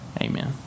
Amen